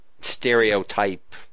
stereotype